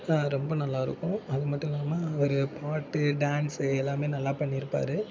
ரொம்ப நல்லா இருக்கும் அது மட்டும் இல்லாமல் அவர் பாட்டு டான்ஸ்ஸு எல்லாமே நல்லா பண்ணியிருப்பாரு